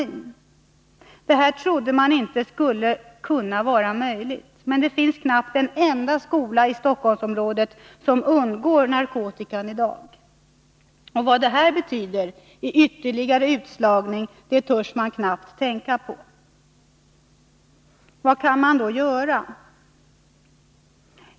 Detta trodde man inte skulle kunna vara möjligt, men det finns knappt en enda skola i Stockholmsområdet som undgår narkotika i dag. Vad detta betyder i ytterligare utslagning törs man knappt tänka på. Vad kan man då göra?